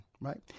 right